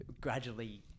gradually